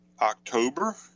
October